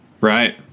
Right